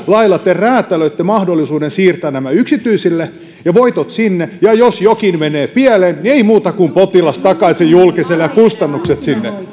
lailla te räätälöitte mahdollisuuden siirtää nämä potilaat yksityisille ja voitot sinne ja jos jokin menee pieleen niin ei muuta kuin potilas takaisin julkiselle ja kustannukset sinne